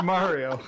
Mario